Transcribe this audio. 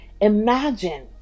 Imagine